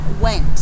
went